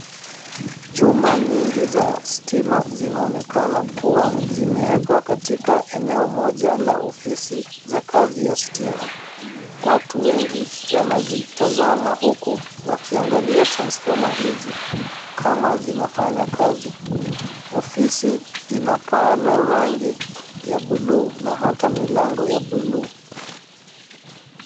Chuma nyingi za stima zinaonekana kuwa zimewekwa katika eneo moja la ofisi za kazi ya stima. Watu wengi wanazitazama huku wakiangalia transfoma hizi kama zinafanya kazi. Ofisi ina paa la rangi ya buluu na hata milango ya buluu.